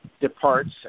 departs